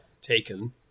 taken